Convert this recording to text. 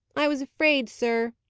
i was afraid, sir.